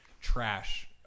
trash